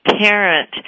parent